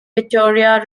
victoria